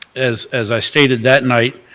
as as i stated that night,